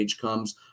comes